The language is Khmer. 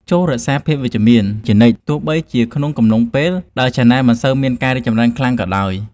ចូររក្សាភាពវិជ្ជមានជានិច្ច ទោះបីជាក្នុងកំឡុងពេលដែលឆានែលមិនសូវមានការរីកចម្រើនខ្លាំងក៏ដោយ។